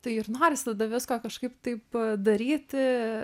tai ir norisi tada visko kažkaip taip daryti